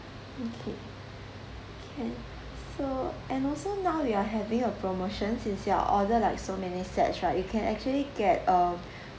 okay can so and also now we are having a promotion since you're order like so many sets right you can actually get a